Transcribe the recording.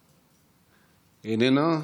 איננה.